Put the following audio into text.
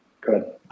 good